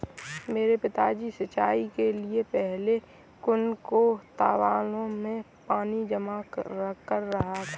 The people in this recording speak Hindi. मेरे पिताजी ने सिंचाई के लिए पहले से कुंए और तालाबों में पानी जमा कर रखा है